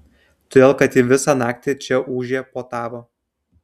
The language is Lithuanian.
todėl kad ji visą naktį čia ūžė puotavo